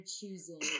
choosing